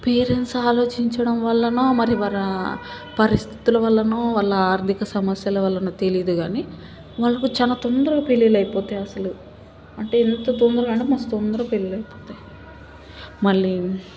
parents ఆలోచించడం వల్లనో మరి వరా పరిస్థితుల వల్లనో వాళ్ళ ఆర్థిక సమస్యల వల్లనో తెలియదు కానీ వాళ్ళకి చాలా తొందరగా పెళ్ళిళ్ళు అయిపోతాయి అసలు అంటే ఎంత తొందరగా అంటే మస్తు తొందరగా పెళ్ళిళ్ళు అయిపోతాయి మళ్ళీ